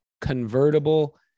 convertible